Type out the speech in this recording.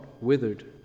withered